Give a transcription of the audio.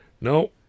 No